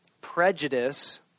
Prejudice